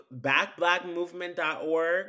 backblackmovement.org